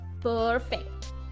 Perfect